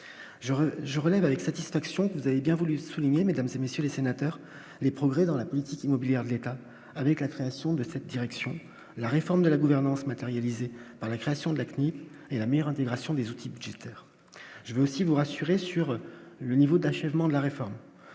je relève avec satisfaction que vous avez bien voulu souligner mesdames et messieurs les sénateurs, les progrès dans la politique immobilière de l'État, avec la création de cette direction, la réforme de la gouvernance matérialisée par la création de la CNIL et la meilleure intégration des outils budgétaires, je vais aussi vous rassurer sur le niveau d'achèvement de la réforme,